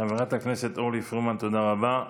חברת הכנסת אורלי פרומן, תודה רבה.